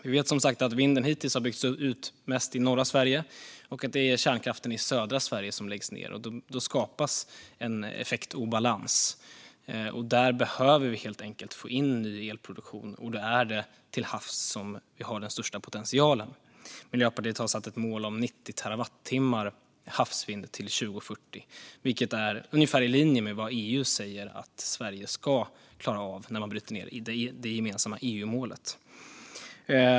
Vi vet som sagt att vindkraften hittills har byggts ut mest i norra Sverige och att det är kärnkraften i södra Sverige som läggs ned. Då skapas en effektobalans, och där behöver vi helt enkelt få in ny elproduktion. Då är det till havs som vi har den största potentialen. Miljöpartiet har satt ett mål om 90 terawattimmar havsvind till 2040, vilket är ungefär i linje med vad EU säger att Sverige ska klara av när man bryter ned det gemensamma EU-målet.